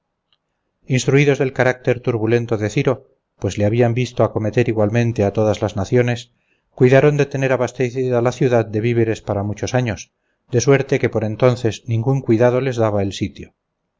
instruidos del carácter turbulento de ciro pues le habían visto acometer igualmente a todas las naciones cuidaron de tener abastecida la ciudad de víveres para muchos años de suerte que por entonces ningún cuidado les daba el sitio